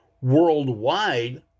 Worldwide